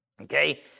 Okay